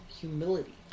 humility